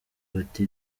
bati